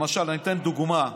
למשל, אני אתן דוגמה.